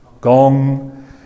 Gong